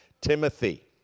Timothy